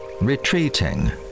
retreating